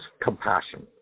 compassion